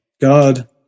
God